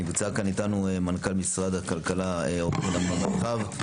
נמצא אתנו מנכ"ל משרד הכלכלה מר אמנון מרחב.